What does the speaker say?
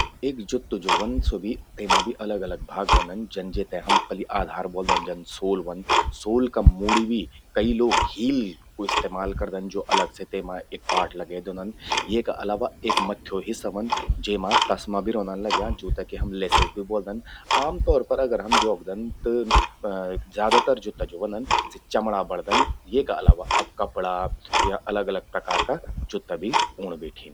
एक जुत्तु ज्वो व्हंद स्वो भी, तेमा भी अलग अलग भाग व्हंदन। जन जेते हम पलि आधार ब्वोल्दन, जन सोल व्हंद। सोल का मूड़ी भी कई लोग हील कू इस्तेमाल करदन, ज्वो अलग से तेमा एक पार्ट लगै द्योंदन। येका अलावा एक मथ्यो हिस्सा व्हंद, जेमा तसमा भि रौंदन लग्यां। जूं ते कि हम लेसेज भी ब्वोल्दन। आम तौर पर अगर हम द्योखन त ज्यादातर जुत्ता ज्वो व्हंदन, सि चमड़ा बणदन। येका अलावा अब कपड़ा या अलग अलग प्रकार का जुत्ता भी ऊंण बेठीन।